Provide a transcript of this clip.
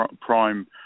prime